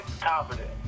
confident